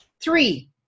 Three